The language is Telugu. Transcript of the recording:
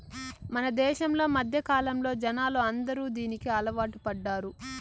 మన దేశంలో మధ్యకాలంలో జనాలు అందరూ దీనికి అలవాటు పడ్డారు